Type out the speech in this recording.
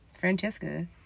Francesca